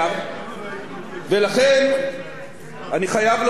לכן אני חייב לומר ליושב-ראש האופוזיציה,